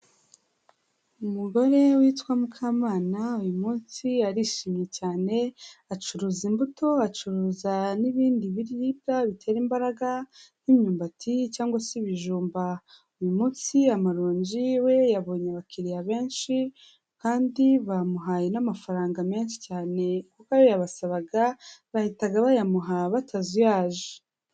Umugore witwa Mukamana uyu munsi arishimye cyane, acuruza imbuto, acuruza n'ibindi biribwa bitera imbaraga nk'imyumbati cyangwa se ibijumba. Uyu munsi amaronji yiwe yabonye abakiriya benshi kandi bamuhaye n'amafaranga menshi cyane, kuko ayo yabasabaga bahitaga bayamuha batazuyaje.